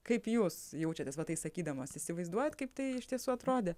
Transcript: kaip jūs jaučiatės va tai sakydamas įsivaizduojat kaip tai iš tiesų atrodė